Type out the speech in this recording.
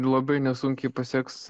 labai nesunkiai pasieks